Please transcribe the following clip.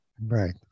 Right